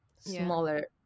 smaller